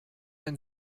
ein